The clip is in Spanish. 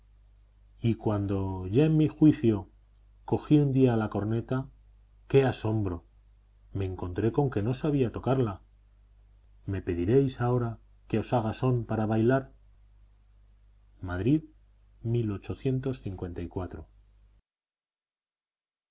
y cuando ya en mi juicio cogí un día la corneta qué asombro me encontré con que no sabía tocarla me pediréis ahora que os haga son para bailar madrid qué